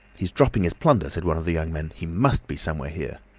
he's dropping his plunder said one of the young men. he must be somewhere here